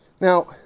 Now